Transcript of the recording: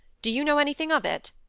do you know anything of it?